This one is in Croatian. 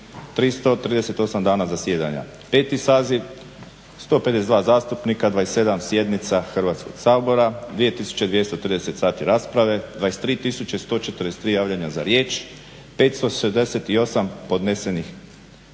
338 dana zasjedanja. Peti saziv 152 zastupnika, 27 sjednica Hrvatskog sabora, 2230 sati rasprave, 23143 javljanja za riječ, 568 podnesenih